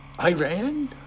Iran